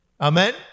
Amen